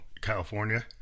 California